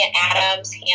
Adams